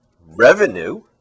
revenue